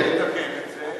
לתקן את זה,